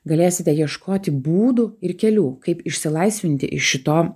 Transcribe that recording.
galėsite ieškoti būdų ir kelių kaip išsilaisvinti iš šito